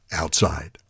outside